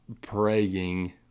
praying